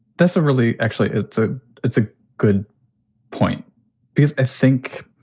that's a really actually it's a it's a good point because i think.